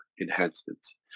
enhancements